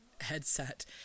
headset